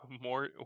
More